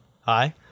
Hi